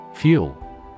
Fuel